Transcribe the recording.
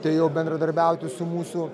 tai jau bendradarbiauti su mūsų